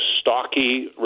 stocky